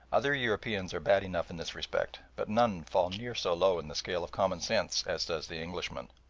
other europeans are bad enough in this respect, but none fall near so low in the scale of common sense as does the englishman.